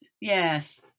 Yes